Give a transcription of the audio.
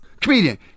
comedian